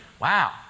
Wow